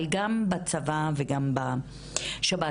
אבל גם בצבא גם בשירות בתי הסוהר,